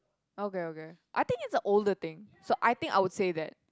okay okay I think it's a older thing so I think I would say that